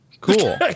Cool